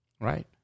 right